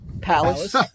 Palace